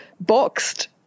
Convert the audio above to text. boxed